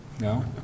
no